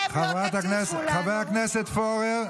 חבר הכנסת פורר,